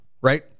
right